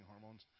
hormones